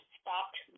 stopped